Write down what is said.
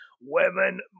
women